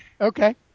Okay